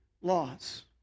laws